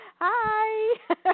Hi